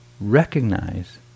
Recognize